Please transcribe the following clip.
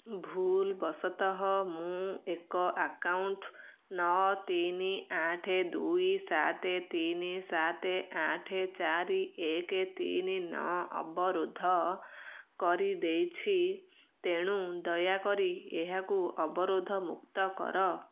ଭୁଲ ବଶତଃ ମୁଁ ଏକ ଆକାଉଣ୍ଟ ନଅ ତିନି ଆଠ ଦୁଇ ସାତ ତିନି ସାତ ଆଠ ଚାରି ଏକ ତିନି ନଅ ଅବରୋଧ କରିଦେଇଛି ତେଣୁ ଦୟାକରି ଏହାକୁ ଅବରୋଧ ମୁକ୍ତ କର